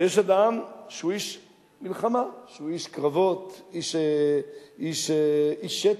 ויש אדם שהוא איש מלחמה, שהוא איש קרבות, איש שטח.